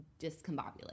discombobulated